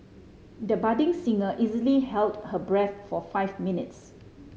the budding singer easily held her breath for five minutes